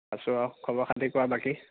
আছো আৰু খবৰ খাতি কোৱা বাকী